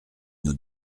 nous